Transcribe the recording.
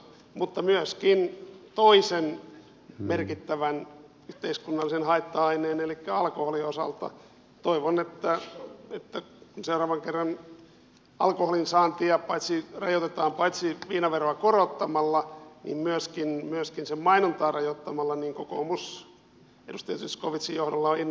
mutta myöskin toisen merkittävän yhteiskunnallisen haitta aineen elikkä alkoholin osalta toivon että kun seuraavan kerran alkoholin saantia rajoitetaan paitsi viinaveroa korottamalla myöskin sen mainontaa rajoittamalla niin kokoomus edustaja zyskowiczin johdolla on innolla mukana tässä prosessissa